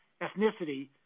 ethnicity